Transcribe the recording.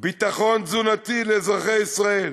ביטחון תזונתי לאזרחי ישראל,